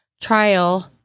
Trial